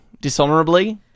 dishonorably